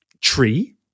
tree